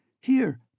Here